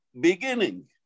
beginning